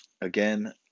again